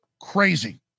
crazy